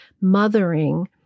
mothering